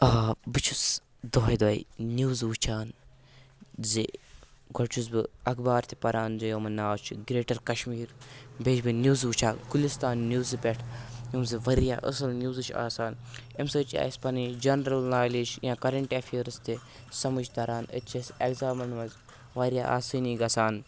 آ بہٕ چھُس دۄہَے دۄہَے نِوٕز وٕچھان زِ گۄڈٕ چھُس بہٕ اَخبار تہِ پَران جے یِمَن ناو چھُ گرٛیٹَر کَشمیٖر بیٚیہِ چھُس بہٕ نِوزٕ وٕچھان گُلِستان نِوزٕ پٮ۪ٹھ یِم زٕ واریاہ اَصٕل نِوزٕ چھِ آسان اَمہِ سۭتۍ چھِ اَسہِ پَنٕنۍ جَنرَل نالیج یا کَرَنٹ ایٚفیرٕز تہِ سَمٕجھ تَران أتۍ چھِ اَسہِ اٮ۪گزامَن منٛز واریاہ آسٲنی گژھان